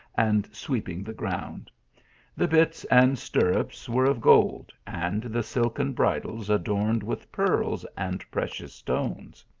and sweeping the ground the bits and stirrups were of gold, and the silken bridles adorned with pearls and precious stones.